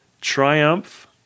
Triumph